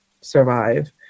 survive